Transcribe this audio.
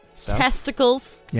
testicles